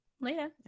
later